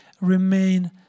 remain